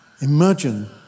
Imagine